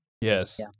Yes